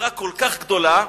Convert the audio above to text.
בחברה כל כך גדולה,